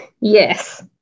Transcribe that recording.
Yes